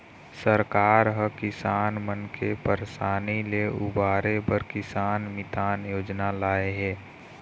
सरकार ह किसान मन के परसानी ले उबारे बर किसान मितान योजना लाए हे